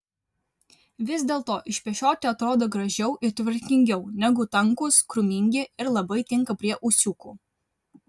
vis dėlto išpešioti atrodo gražiau ir tvarkingiau negu tankūs krūmingi ir labai tinka prie ūsiukų